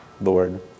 Lord